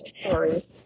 Sorry